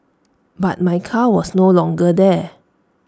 but my car was no longer there